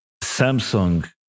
Samsung